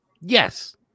Yes